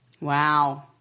Wow